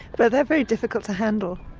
but they're very difficult to handle.